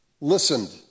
listened